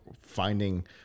finding